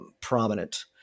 prominent